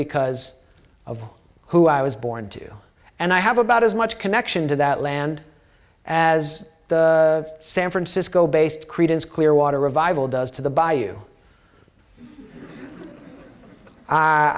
because of who i was born to and i have about as much connection to that land as the san francisco based creedence clearwater revival does to the by you